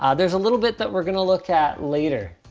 ah there's a little bit that we're gonna look at later.